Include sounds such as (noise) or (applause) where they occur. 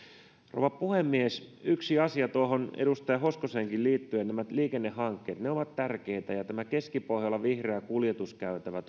rouva puhemies yksi asia edustaja hoskoseenkin liittyen liikennehankkeet ne ovat tärkeitä ja toivon että keskipohjolan vihreää kuljetuskäytävää (unintelligible)